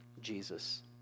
Jesus